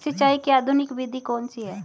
सिंचाई की आधुनिक विधि कौन सी है?